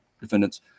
defendants